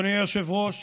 אדוני היושב-ראש,